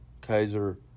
Kaiser